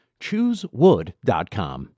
Choosewood.com